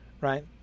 right